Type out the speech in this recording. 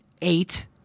eight